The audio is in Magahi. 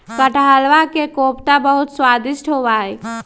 कटहलवा के कोफ्ता बहुत स्वादिष्ट होबा हई